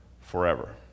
forever